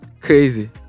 crazy